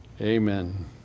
amen